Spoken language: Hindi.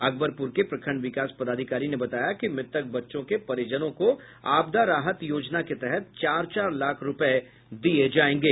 अकबरपुर के प्रखंड विकास पदाधिकारी ने बताया कि मृतक बच्चों के परिजनों को आपदा राहत योजना के तहत चार चार लाख रूपए दिए जाएंगे